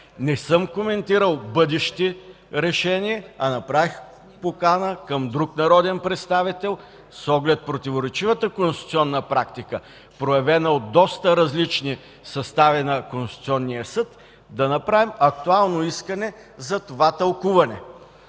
Не съм коментирал бъдещи решения, а направих покана към друг народен представител с оглед противоречивата конституционна практика, проявена от доста различни състави на Конституционния съд, да направим актуално искане за това тълкуване.